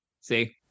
see